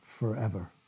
forever